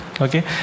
okay